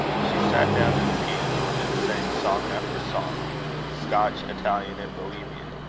she sat down to the piano, and sang song after song scotch, italian, and bohemian.